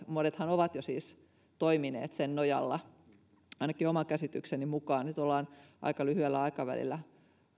monethan ovat siis jo toimineet sen nojalla ainakin oman käsitykseni mukaan kun nyt ollaan aika lyhyellä aikavälillä